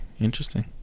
Interesting